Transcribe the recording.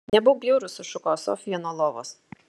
nebūk bjaurus sušuko sofija nuo lovos